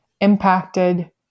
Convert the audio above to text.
impacted